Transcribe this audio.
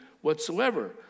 whatsoever